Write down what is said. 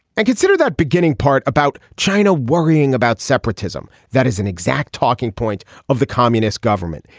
and consider that beginning part about china worrying about separatism that is an exact talking point of the communist government.